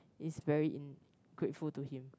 is very in grateful to him